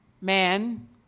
man